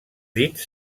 dits